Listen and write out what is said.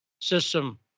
system